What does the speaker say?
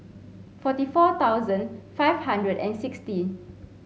forty four thousand five hundred and sixty